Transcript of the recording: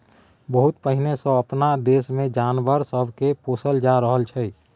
बहुत पहिने सँ अपना देश मे जानवर सब के पोसल जा रहल छै